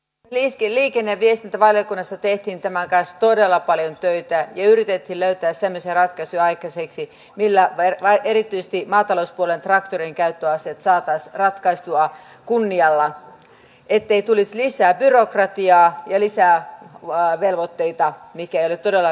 liikenne ja viestintävaliokunnassa tehtiin tämän kanssa todella paljon töitä ja yritettiin löytää semmoisia ratkaisuja millä erityisesti maatalouspuolen traktorinkäyttöasiat saataisiin ratkaistua kunnialla ettei tulisi lisää byrokratiaa ja lisää velvoitteita mitkä eivät ole todellakaan tarpeen